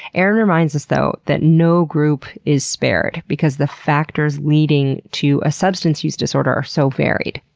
erin reminds us though that no group is spared because the factors leading to a substance use disorder are so varied.